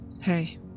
hey